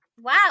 Wow